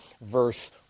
verse